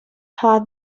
had